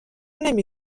نمی